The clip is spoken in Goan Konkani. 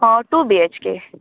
two BHK